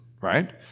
right